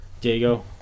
Diego